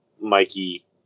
Mikey